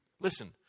listen